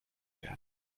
werden